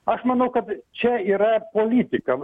aš manau kad čia yra politikam